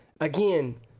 again